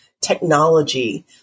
technology